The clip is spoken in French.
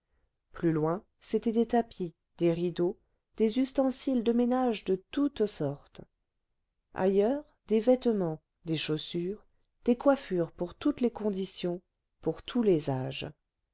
plus loin c'étaient des tapis des rideaux des ustensiles de ménage de toutes sortes ailleurs des vêtements des chaussures des coiffures pour toutes les conditions pour tous les âges